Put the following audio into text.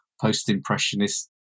post-impressionist